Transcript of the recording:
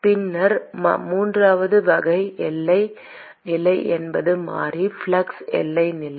பின்னர் மூன்றாவது வகை எல்லை நிலை என்பது மாறி ஃப்ளக்ஸ் எல்லை நிலை